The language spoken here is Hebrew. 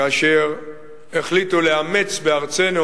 כאשר החליטו לאמץ בארצנו